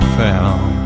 found